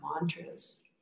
mantras